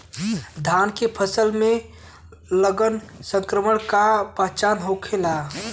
धान के खेत मे लगल संक्रमण के पहचान का होखेला?